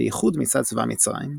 בייחוד מצד צבא מצרים.